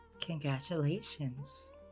Congratulations